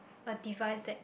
a device that